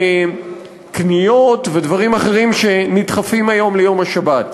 קניות ודברים אחרים שנדחפים היום ליום השבת.